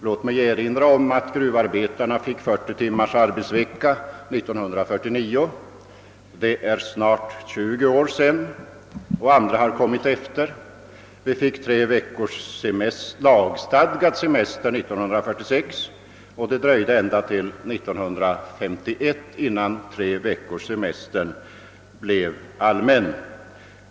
Låt mig erinra om att gruvarbetarna fick 40 timmars arbetsvecka 1949. Det är nu snart 20 år sedan dess. Andra har nu kommit efter. Vi fick tre veckors lagstadgad «semester 1946, och det dröjde ända till 1951 innan treveckorssemestern blev allmän.